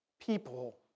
people